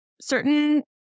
certain